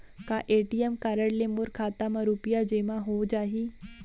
का ATM card ले मोर खाता म रुपिया जेमा हो जाही?